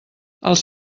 els